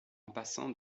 passant